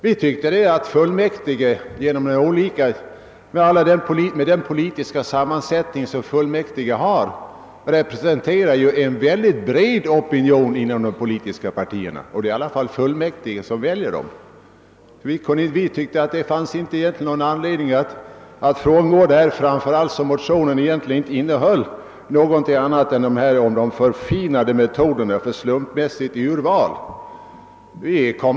Vi tyckte emellertid att fullmäktige med sin sammansättning representerar en mycket bred opinion inom de politiska partierna, och det är fullmäktige som väljer nämndemännen. Därför fann vi inte någon anledning att frångå systemet, detta desto mindre som motionen egentligen inte innehöll någonting annat än ett resonemang om de förfinade metoderna för slumpmässigt urval.